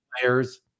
players